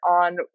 on